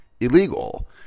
illegal